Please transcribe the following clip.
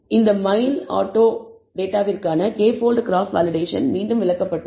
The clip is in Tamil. இந்த மைல் ஆட்டோ டேட்டாவிற்கான k போல்ட் கிராஸ் வேலிடேஷன் மீண்டும் விளக்கப்பட்டுள்ளது